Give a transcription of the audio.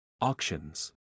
Auctions